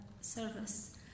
service